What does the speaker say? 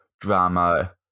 drama